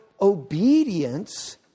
obedience